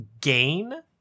gain